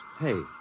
Hey